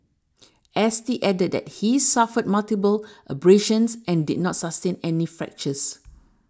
S T added that he suffered multiple abrasions and did not sustain any fractures